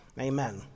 Amen